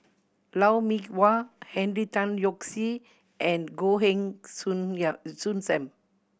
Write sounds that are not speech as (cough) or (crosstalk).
Lou Mee Wah Henry Tan Yoke See and Goh Heng Soon (unintelligible) Soon Sam